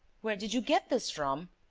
where did you get this from?